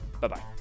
Bye-bye